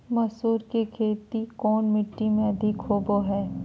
मसूर की खेती कौन मिट्टी में अधीक होबो हाय?